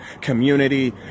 community